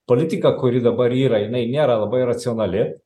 politika kuri dabar yra jinai nėra labai racionali